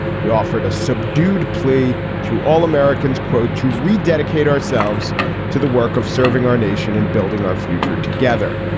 he offered a subdued plea to all americans, quote, to rededicate ourselves to the work of serving our nation and building our future together.